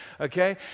okay